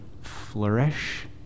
flourish